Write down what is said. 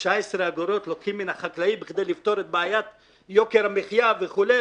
19 אגורות לוקחים מהחקלאי כדי לפתור את בעיית יוקר המחיה וכולי,